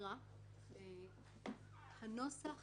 מבחינתנו הנוסח